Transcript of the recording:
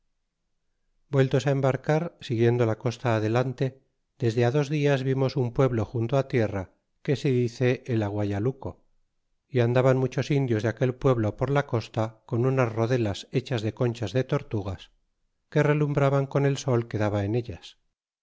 vueltos á embarcar siguiendo la costa adelante desde a dos dias vimos un pueblo junto tierra que se dice el aguayaluco y andaban muchos indios de aquel pueblo por la costa con unas rodelas hechas de conchas de tortugas que relumbraban con el sol que daba en ellas